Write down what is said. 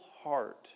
heart